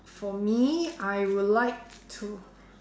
for me I would like to